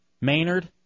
Maynard